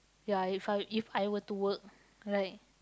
ya if I if I were to work right